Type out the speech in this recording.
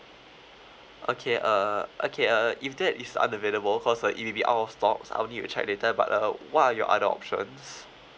okay uh okay uh if that is unavailable cause uh it may be out of stocks I'll need to check later but uh what are your other options